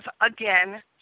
again